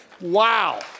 Wow